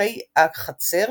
תככי החצר